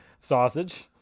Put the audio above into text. sausage